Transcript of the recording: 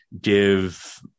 give